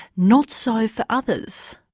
not so for others.